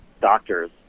doctors